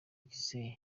gisele